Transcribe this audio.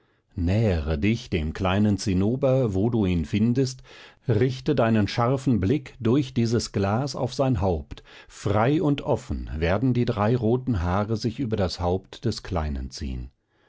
nähere dich dem kleinen zinnober wo du ihn findest richte deinen scharfen blick durch dieses glas auf sein haupt frei und offen werden die drei roten haare sich über das haupt des kleinen ziehen